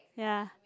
ya